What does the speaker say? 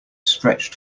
stretched